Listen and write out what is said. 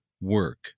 work